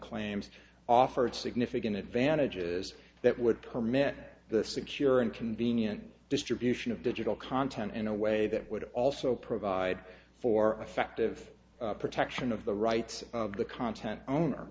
claims offered significant advantages that would permit the secure and convenient distribution of digital content in a way that would also provide for effective protection of the rights of the content owner